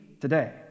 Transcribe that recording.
today